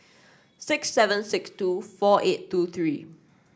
six seven six two four eight two three